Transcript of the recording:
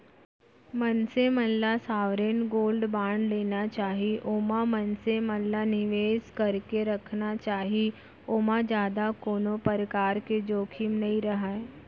मनसे मन ल सॉवरेन गोल्ड बांड लेना चाही ओमा मनसे मन ल निवेस करके रखना चाही ओमा जादा कोनो परकार के जोखिम नइ रहय